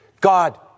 God